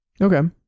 Okay